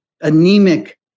anemic